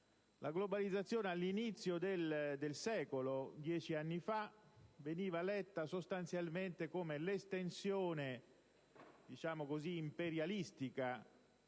La globalizzazione all'inizio del secolo, circa 10 anni fa, veniva letta sostanzialmente come l'estensione imperialistica